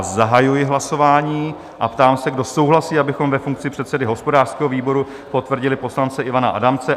Zahajuji hlasování a ptám se, kdo souhlasí, abychom ve funkci hospodářského výboru potvrdili poslance Ivana Adamce?